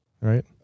Right